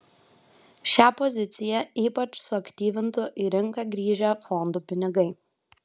šią poziciją ypač suaktyvintų į rinką grįžę fondų pinigai